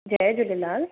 Jay Jhulelal